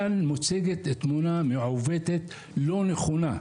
כאן מוצגת תמונה מעוותת, לא נכונה.